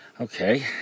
Okay